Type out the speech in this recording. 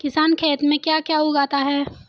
किसान खेत में क्या क्या उगाता है?